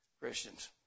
Christians